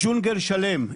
ג'ונגל שלם,